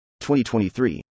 2023